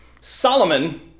Solomon